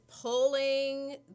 pulling